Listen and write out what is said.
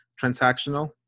transactional